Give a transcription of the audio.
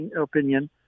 opinion